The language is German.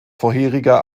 vorheriger